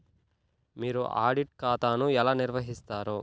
మీరు ఆడిట్ ఖాతాను ఎలా నిర్వహిస్తారు?